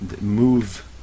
Move